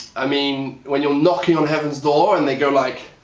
i mean when your knocking on heaven's door and they go like.